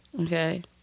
Okay